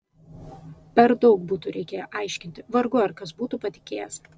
per daug būtų reikėję aiškinti vargu ar kas būtų patikėjęs